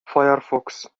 فَيَرفُكس